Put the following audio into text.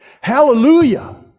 Hallelujah